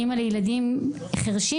כאמא לילדים חירשים,